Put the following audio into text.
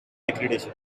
accreditation